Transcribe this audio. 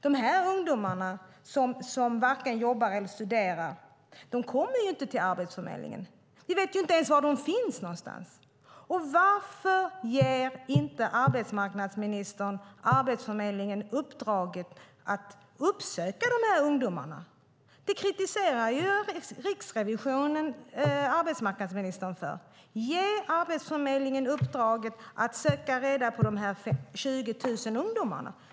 De ungdomar som varken jobbar eller studerar kommer inte till Arbetsförmedlingen. Vi vet inte ens var de finns. Varför ger inte arbetsmarknadsministern Arbetsförmedlingen uppdraget att uppsöka ungdomarna? Riksrevisionen kritiserar arbetsmarknadsministern för detta. Ge Arbetsförmedlingen uppdraget att söka reda på de 20 000 ungdomarna.